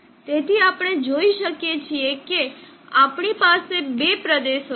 તેથી આપણે જોઈ શકીએ છીએ કે આપણી પાસે બે પ્રદેશો છે